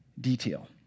detail